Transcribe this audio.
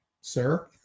sir